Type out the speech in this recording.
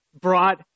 brought